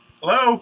hello